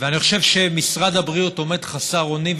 ואני חושב שמשרד הבריאות עומד חסר אונים,